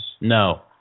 No